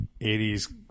80s